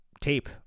tape